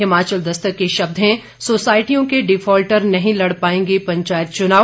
हिमाचल दस्तक के शब्द हैं सोसाइटियों के डिफॉल्टर नहीं लड़ पाएंगे पंचायत चुनाव